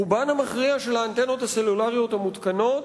רובן המכריע של האנטנות הסלולריות המותקנות,